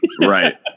Right